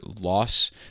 loss